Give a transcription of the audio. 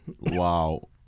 Wow